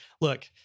look